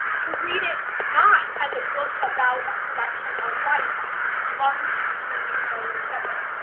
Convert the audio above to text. to read it not as a book about a collection of body parts, lungs, spleen, nose, et cetera,